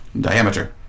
Diameter